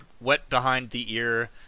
wet-behind-the-ear